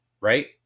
right